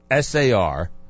SAR